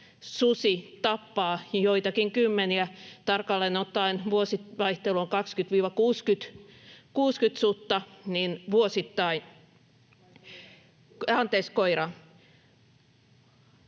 susi tappaa joitakin kymmeniä, tarkalleen ottaen vuosivaihtelu on 20—60 sutta, vuosittain.